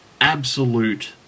absolute